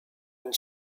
and